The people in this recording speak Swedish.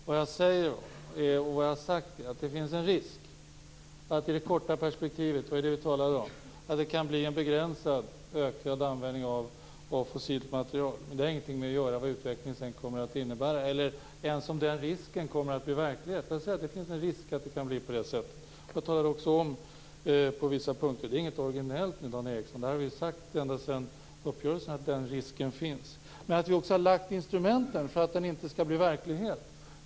Vad jag säger och vad jag har sagt är att det finns en risk att det i det korta perspektivet - som är det vi talar om - kan bli en begränsad ökad användning av fossilt material. Det har ingenting att göra med vad utvecklingen sedan kommer att innebära, om ens den risken kommer att bli verklighet. Men det finns en risk för att det kan bli på det sättet. Jag talade också om det på vissa punkter. Det är inget originellt, Dan Ericsson. Vi har sedan uppgörelsen sagt att den risken finns. Men vi har lagt fram instrumenten för att risken inte skall bli verklighet.